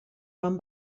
van